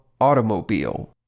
automobile